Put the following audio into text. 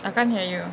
I can't hear you